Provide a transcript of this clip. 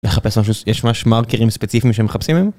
מחפש משהו ש... יש משהו מארקרים ספציפיים שהם מחפשים הם?